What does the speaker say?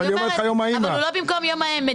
יום המשפחה הוא לא במקום יום האם.